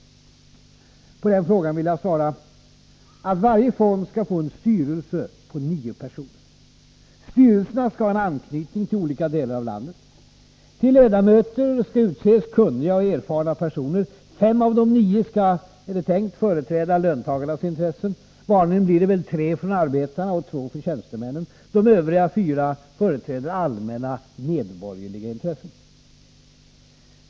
På den frågan vill jag svara att varje fond skall få en styrelse på nio personer. Styrelserna skall ha en anknytning till olika delar av landet. Till ledamöter skall utses kunniga och erfarna personer. Fem av de nio skall, är det tänkt, företräda löntagarnas intressen — vanligen blir det väl tre för arbetarna och två för tjänstemännen. De övriga fyra företräder allmänna medborgerliga intressen.